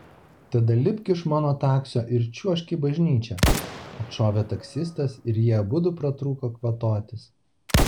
tada lipk iš mano taksio ir čiuožk į bažnyčią atšovė taksistas ir jie abudu pratrūko kvatotis